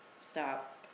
stop